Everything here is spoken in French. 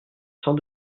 sens